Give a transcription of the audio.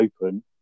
open